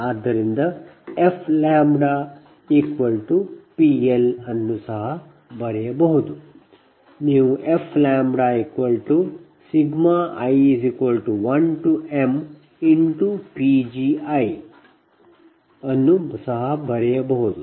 ಆದ್ದರಿಂದ f λ PL ಅನ್ನು ಸಹ ಬರೆಯಬಹುದು ನೀವು fi1mPgi ಅನ್ನು ಸಹ ಬರೆಯಬಹುದು